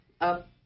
up